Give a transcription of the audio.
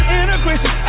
integration